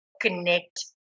connect